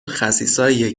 خسیسایی